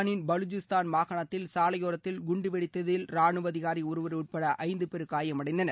பாகிஸ்தானின் பலுஜிஸ்தான் மாகாணத்தில் சாலையோரத்தில் குண்டு வெடித்ததில் ராணுவ அதிகாரி ஒருவர் உட்பட ஐந்து பேர் காயமடைந்தனர்